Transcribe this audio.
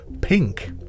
Pink